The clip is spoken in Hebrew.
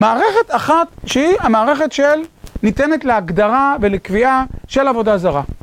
מערכת אחת שהיא המערכת של ניתנת להגדרה ולקביעה של עבודה זרה.